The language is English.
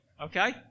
Okay